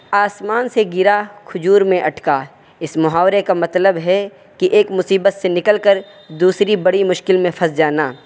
آسمان سے گرا کھجور میں اٹکا اس محاورے کا مطلب ہے کہ ایک مصیبت سے نکل کر دوسری بڑی مشکل میں پھنس جانا